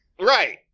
Right